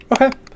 Okay